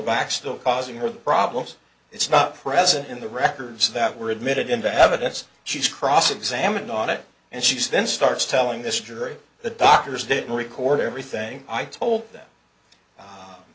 back still causing her problems it's not present in the records that were admitted into evidence she's cross examined on it and she's then starts telling this jury the doctors didn't record everything i told them